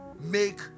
make